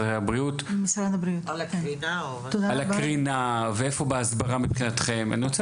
הבריאות על הקרינה ואיפה בהסברה מבחינתכם.